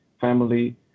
family